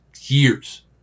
years